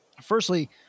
Firstly